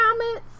comments